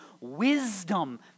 Wisdom